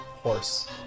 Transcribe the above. Horse